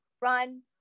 run